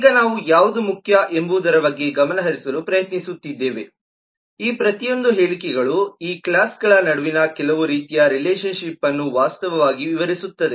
ಈಗ ನಾವು ಯಾವುದು ಮುಖ್ಯ ಎಂಬುದರ ಬಗ್ಗೆ ಗಮನಹರಿಸಲು ಪ್ರಯತ್ನಿಸುತ್ತಿದ್ದೇವೆ ಈ ಪ್ರತಿಯೊಂದು ಹೇಳಿಕೆಗಳು ಈ ಕ್ಲಾಸ್ಗಳ ನಡುವಿನ ಕೆಲವು ರೀತಿಯ ರಿಲೇಶನ್ ಶಿಪ್ಅನ್ನು ವಾಸ್ತವವಾಗಿ ವಿವರಿಸುತ್ತದೆ